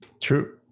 true